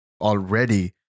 already